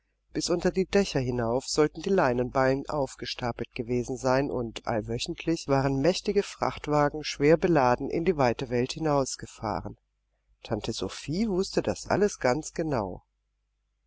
bis unter die dächer hinauf sollten die leinenballen aufgestapelt gewesen sein und allwöchentlich waren mächtige frachtwagen schwerbeladen in die weite welt hinausgefahren tante sophie wußte das alles ganz genau